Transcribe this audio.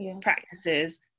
Practices